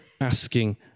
asking